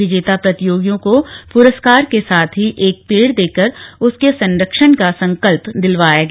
विजेता प्रतियोगियों को पुरस्कार के साथ ही एक पेड़ देकर उसके संरक्षण का संकल्प दिलवाया गया